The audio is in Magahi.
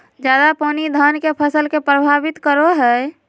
ज्यादा पानी धान के फसल के परभावित करो है?